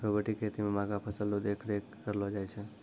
robotic खेती मे महंगा फसल रो देख रेख करलो जाय छै